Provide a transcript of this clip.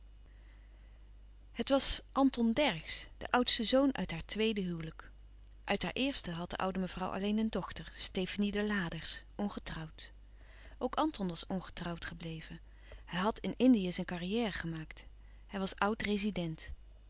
het was anton dercksz de oudste zoon uit haar tweede huwelijk uit haar eerste had de oude mevrouw alleen een dochter stefanie de laders ongetrouwd ook anton was ongetrouwd gebleven hij had in indië zijn carrière gemaakt hij was